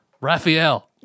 Raphael